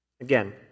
Again